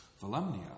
Volumnia